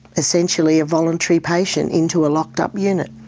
essentially a voluntary patient into a locked up unit.